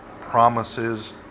promises